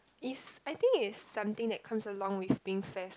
is I think it's something that comes along with being fair